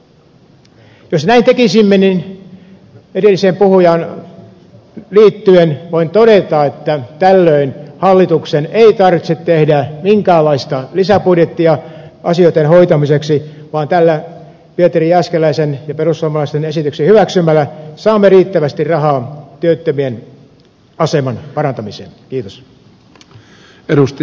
jos näin tekisimme niin edelliseen puhujaan liittyen voin todeta että tällöin hallituksen ei tarvitse tehdä minkäänlaista lisäbudjettia asioitten hoitamiseksi vaan tällä pietari jääskeläisen ja perussuomalaisten esityksen hyväksymisellä saamme riittävästi rahaa työttömien aseman parantamiseen